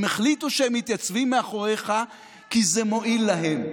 הם החליטו שהם מתייצבים מאחוריך, כי זה מועיל להם,